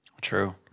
True